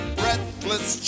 breathless